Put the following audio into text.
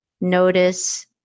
Notice